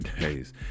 days